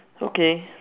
okay